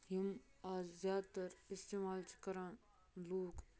یِم اَز زیادٕتَر استعمال چھِ کَران لوٗکھ